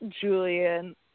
Julian